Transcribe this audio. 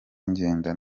ngenda